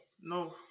No